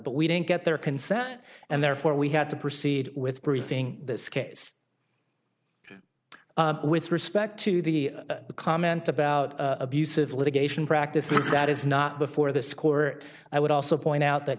but we didn't get their consent and therefore we had to proceed with briefing this case with respect to the comment about abusive litigation practices that is not before this court i would also point out that